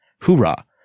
Hoorah